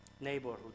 neighborhood